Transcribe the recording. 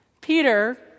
Peter